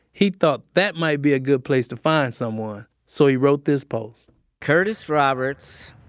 he thought that might be a good place to find someone, so he wrote this post curtis roberts,